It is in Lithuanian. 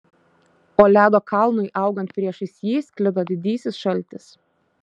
o ledo kalnui augant priešais jį sklido didysis šaltis